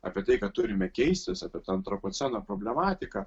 apie tai kad turime keistis apie antropoceno problematiką